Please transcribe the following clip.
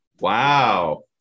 Wow